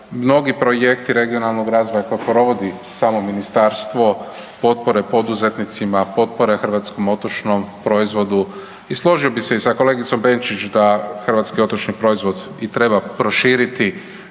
Mnogi projekti regionalnog razvoja koje provodi samo Ministarstvo, potpore poduzetnicima, potpore Hrvatskom otočnom proizvodu, i složio bih se sa kolegicom Benčić da Hrvatski otočni proizvod i treba proširiti